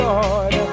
Lord